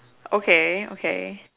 okay okay